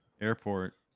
airport